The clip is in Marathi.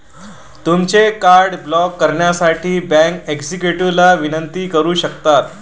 तुमचे कार्ड ब्लॉक करण्यासाठी बँक एक्झिक्युटिव्हला विनंती करू शकता